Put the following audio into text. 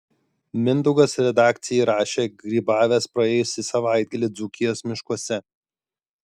mindaugas redakcijai rašė grybavęs praėjusį savaitgalį dzūkijos miškuose